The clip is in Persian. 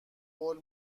قول